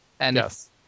Yes